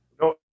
No